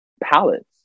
palettes